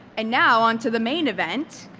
and now onto the main event.